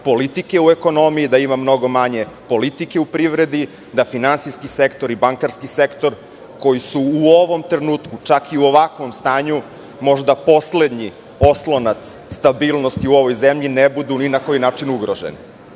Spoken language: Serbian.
manje politike u ekonomiji, da ima mnogo manje politike u privredi, da finansijski sektor i bankarski sektor koji su u ovom trenutku, čak i u ovakvom stanju možda poslednji oslonac stabilnosti u ovoj zemlji, ne budu ni na koji način ugroženi. Mi